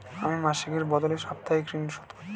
আমি মাসিকের বদলে সাপ্তাহিক ঋন শোধ করছি